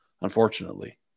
unfortunately